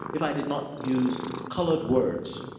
if i did not use colored words.